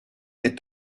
est